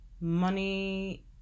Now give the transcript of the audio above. money